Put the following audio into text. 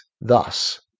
thus